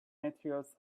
meteorites